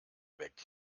weg